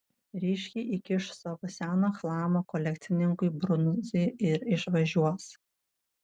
ryškiai įkiš savo seną chlamą kolekcininkui brunzai ir išvažiuos